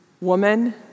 woman